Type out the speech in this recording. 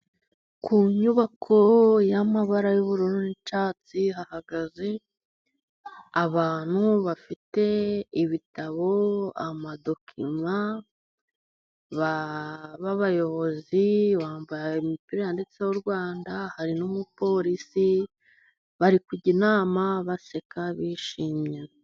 Ku nyubako y'amabara y'uburu n'icyatsi, hahagaze abantu bafite ibitabo, amadocuma, bayobozi bambaye imipira ya nditseho Rwanda, hari n'umupolisi bari kujya inama baseka bishimye.